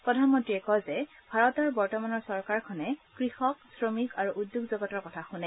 প্ৰধানমন্ৰীয় কয় যে ভাৰতৰ বৰ্তমানৰ চৰকাৰখনে কৃষক শ্ৰমিক আৰু উদ্যোগ জগতৰ কথা শুনে